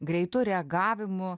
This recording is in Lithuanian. greitu reagavimu